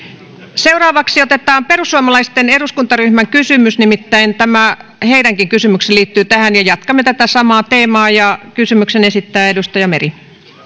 seuraavaksi otetaan perussuomalaisten eduskuntaryhmän kysymys nimittäin heidänkin kysymyksensä liittyy tähän ja jatkamme tätä samaa teemaa kysymyksen esittää edustaja meri